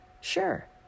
sure